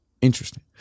Interesting